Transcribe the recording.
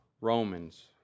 Romans